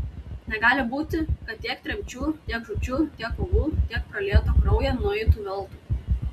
negali būti kad tiek tremčių tiek žūčių tiek kovų tiek pralieto kraujo nueitų veltui